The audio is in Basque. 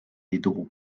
ditugu